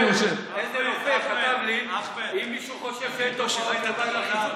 איזה רופא כתב לי: אם מישהו חושב שיש תופעות לוואי לחיסון,